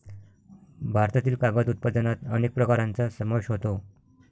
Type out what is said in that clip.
भारतातील कागद उत्पादनात अनेक प्रकारांचा समावेश होतो